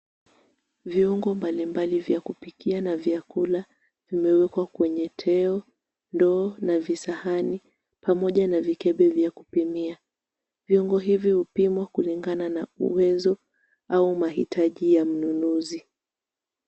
Viungo mbalimbali vya kupikia na vya kula vimewekwa kwenye teo, ndoo na visahani pamoja na vikebe vya kupimia. Viungo hivi hupimwa kulingana na uwezo au mahitaji ya mnunuzi.